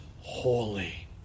holy